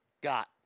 got